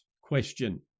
question